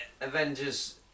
Avengers